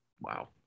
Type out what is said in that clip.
Wow